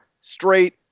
straight